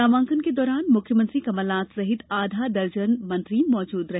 नामांकन के दौरान मुख्यमंत्री कमलनाथ सहित आधा दर्जन मंत्री मौजूद रहे